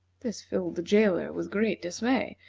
this filled the jailer with great dismay,